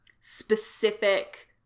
specific